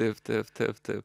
ir tad